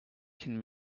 can